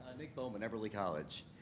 nick bowman, eberly college,